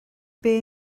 beth